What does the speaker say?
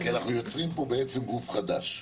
כי אנחנו יוצרים פה בעצם גוף חדש.